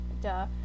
Duh